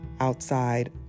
outside